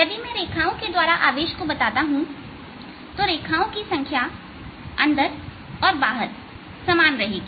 यदि मैं रेखाओं के द्वारा आवेश को बताता हूं तो रेखाओं की संख्या यह अंदर और बाहर सामान रहेगी